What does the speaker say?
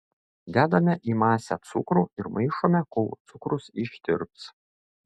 dedame į masę cukrų ir maišome kol cukrus ištirps